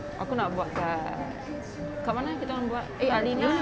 aku nak buat kat kat mana kita orang buat eh alina